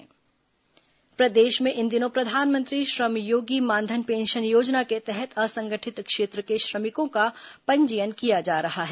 pension योजना प्रदेश में इन दिनों प्रधानमंत्री श्रम योगी मान धन पेंशन योजना के तहत असंगठित क्षेत्र के श्रमिकों का पंजीयन किया जा रहा है